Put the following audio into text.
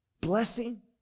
blessing